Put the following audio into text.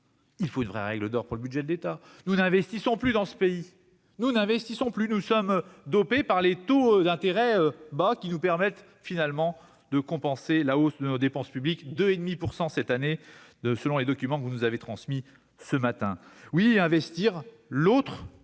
dorénavant une vraie règle d'or pour le budget de l'État : nous n'investissons plus dans ce pays et sommes dopés par des taux d'intérêt bas, qui nous aident en définitive à compenser la hausse de nos dépenses publiques : 2,5 % cette année selon les documents que vous nous avez transmis ce matin. Oui, investir est l'autre